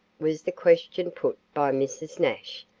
was the question put by mrs. nash,